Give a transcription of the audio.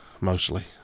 mostly